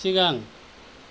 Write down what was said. सिगां